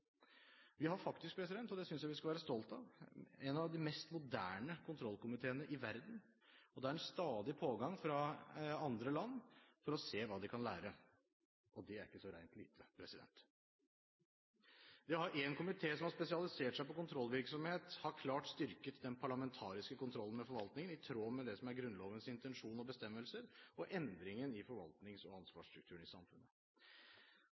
Vi har faktisk – og det synes jeg vi skal være stolt av – en av de mest moderne kontrollkomiteene i verden, og det er en stadig pågang fra andre land for å se hva de kan lære, og det er ikke så rent lite! Det å ha én komité som har spesialisert seg på kontrollvirksomhet, har klart styrket den parlamentariske kontrollen med forvaltningen, i tråd med det som er Grunnlovens intensjon og bestemmelser, og endringen i forvaltnings- og ansvarsstrukturen i samfunnet.